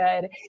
good